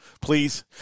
Please